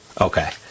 Okay